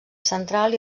central